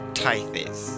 tithes